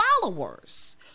followers